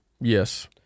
yes